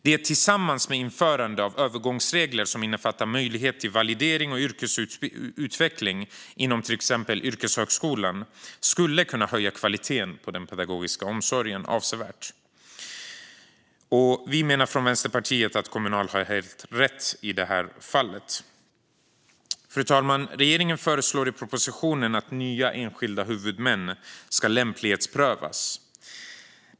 Det tillsammans med införande av övergångsregler som innefattar möjlighet till validering och yrkesutveckling inom till exempel yrkeshögskolan skulle kunna höja kvaliteten på den pedagogiska omsorgen avsevärt. Vi i Vänsterpartiet menar att Kommunal har helt rätt i det här fallet. Fru talman! Regeringen föreslår i propositionen att nya enskilda huvudmän ska lämplighetsprövas.